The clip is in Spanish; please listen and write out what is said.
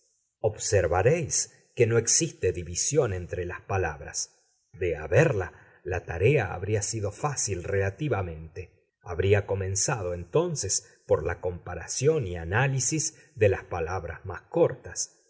inglés observaréis que no existe división entre las palabras de haberla la tarea habría sido fácil relativamente habría comenzado entonces por la comparación y análisis de las palabras más cortas